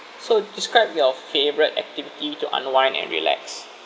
so describe your favourite activity to unwind and relax